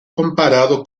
comparado